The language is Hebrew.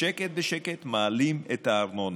בשקט בשקט מעלים את הארנונה,